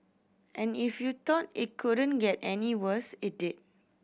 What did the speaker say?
and if you thought it couldn't get any worse it did